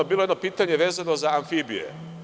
Bilo je jedno pitanje vezano za amfibije.